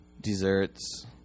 desserts